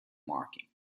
marking